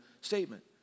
statement